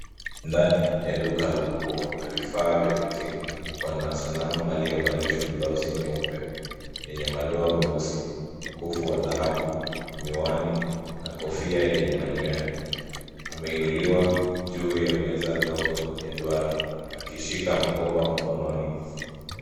Ndani ya duka la nguo na vifaa vya mitindo, kuna sanamu aliyevalishwa blausi nyeupe yenye madoa meusi, mkufu wa dhahabu, miwani na kofia ya manyoya. Ameinuliwa juu ya meza ndogo ya duara, akishika mkoba mkononi.